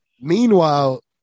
Meanwhile